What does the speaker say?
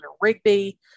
Rigby